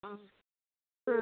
ആ ആ